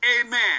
Amen